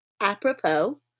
apropos